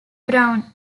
brown